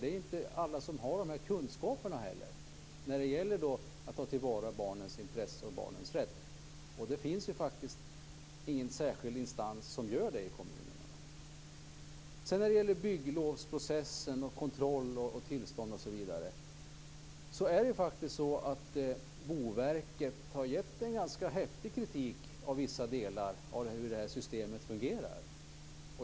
Det är inte alla som har kunskaperna när det gäller att ta till vara barnens intresse och barnens rätt. Det finns ingen särskild instans i kommunerna som gör det. När det gäller bygglovsprocessen, kontroll, tillstånd osv. har Boverket riktat ganska häftig kritik mot hur vissa delar av systemet fungerar.